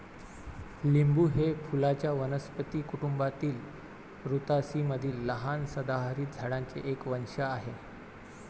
लिंबू हे फुलांच्या वनस्पती कुटुंबातील रुतासी मधील लहान सदाहरित झाडांचे एक वंश आहे